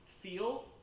feel